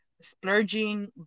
splurging